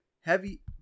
Heavy